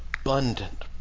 abundant